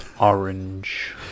orange